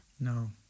No